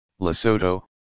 Lesotho